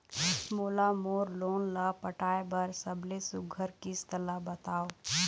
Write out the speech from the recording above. मोला मोर लोन ला पटाए बर सबले सुघ्घर किस्त ला बताव?